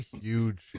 huge